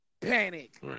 panic